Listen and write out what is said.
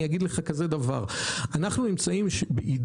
אני אגיד לך כזה דבר, אנחנו נמצאים בעידן